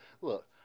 look